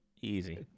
Easy